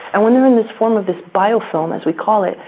and when they are in this form of this biofilm, as we call it,